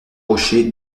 rochers